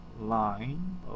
line